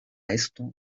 esto